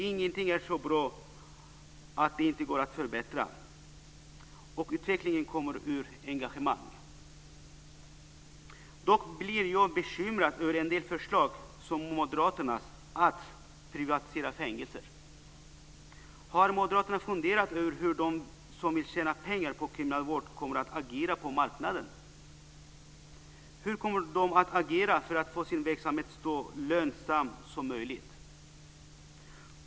Ingenting är så bra att det inte går att förbättra, och utveckling kommer ur engagemang. Dock blir jag bekymrad över en del förslag, som Moderaternas om att privatisera fängelser. Har Moderaterna funderat över hur de som vill tjäna pengar på kriminalvård kommer att agera på marknaden? Hur kommer de att agera för att få sin verksamhet så lönsam som möjligt?